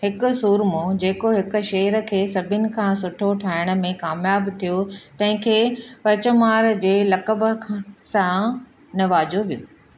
हिकु सूरमो जेको हिक शेर खे सभिनि खां सुठो ठाहिण में कामयाबु थियो तंहिं खे पचमार जे लक़ब खां सां नवाज़ियो वियो